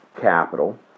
capital